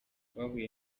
bahuye